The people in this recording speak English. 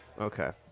Okay